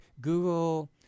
Google